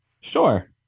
Sure